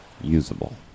usable